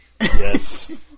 Yes